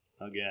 again